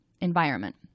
environment